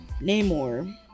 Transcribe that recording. Namor